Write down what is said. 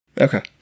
Okay